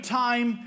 time